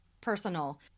Personal